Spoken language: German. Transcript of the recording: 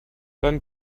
dann